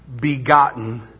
begotten